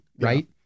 right